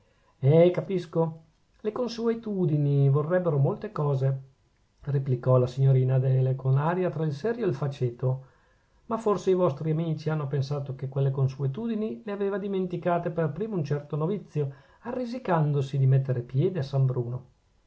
eh capisco le consuetudini vorrebbero molte cose replicò la signorina adele con aria tra il serio e il faceto ma forse i vostri amici hanno pensato che quelle consuetudini le aveva dimenticate per primo un certo novizio arrisicandosi di metter piede a san bruno